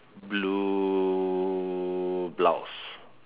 blue blouse